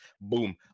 Boom